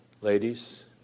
ladies